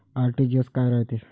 RTGS काय रायते?